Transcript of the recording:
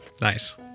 nice